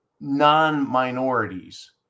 non-minorities